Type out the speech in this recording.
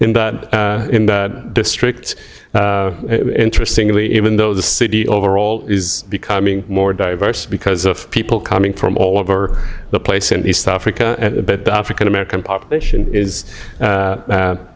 in that in that district interestingly even though the city overall is becoming more diverse because of people coming from all over the place in east africa and the african american population is